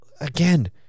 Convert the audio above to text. again